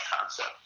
concept